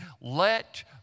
Let